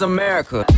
America